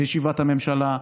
בישיבת הממשלה,